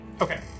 Okay